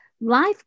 Life